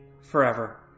forever